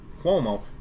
Cuomo